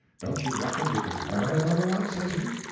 don't you reckon you could learn another one? says he.